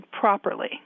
properly